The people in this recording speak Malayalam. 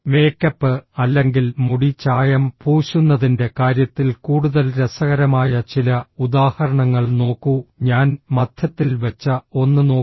മേക്കപ്പ് അല്ലെങ്കിൽ മുടി ചായം പൂശുന്നതിന്റെ കാര്യത്തിൽ കൂടുതൽ രസകരമായ ചില ഉദാഹരണങ്ങൾ നോക്കൂ ഞാൻ മധ്യത്തിൽ വെച്ച ഒന്ന് നോക്കൂ